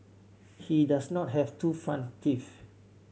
he does not have two front teeth